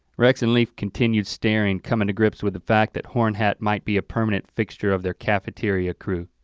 rex and leaf continued starting, coming to grips with the fact that hornhat might be a permanent fixture of their cafeteria crew.